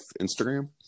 Instagram